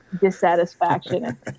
dissatisfaction